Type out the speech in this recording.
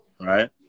right